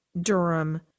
Durham